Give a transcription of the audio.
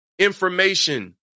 Information